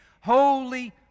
Holy